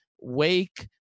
Wake